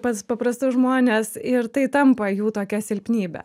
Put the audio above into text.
pas paprastus žmones ir tai tampa jų tokia silpnybe